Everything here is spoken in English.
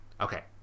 Okay